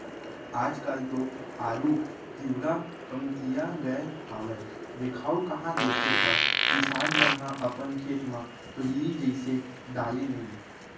आज काल तो आरूग तिंवरा कमतिया गय हावय देखाउ कहॉं देथे गा किसान मन ह अपन खेत म पहिली जइसे डाले नइ